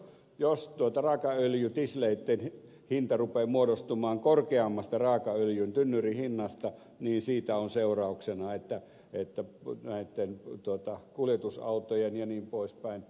jos raakaöljytisleitten hinta rupeaa muodostumaan korkeammasta raakaöljyn tynnyrihinnasta niin siitä on seurauksena että näitten kuljetusautojen jnp